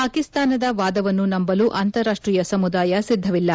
ಪಾಕಿಸ್ತಾನದ ವಾದವನ್ನು ನಂಬಲು ಅಂತಾರಾಷ್ವೀಯ ಸಮುದಾಯ ಸಿದ್ದವಿಲ್ಲ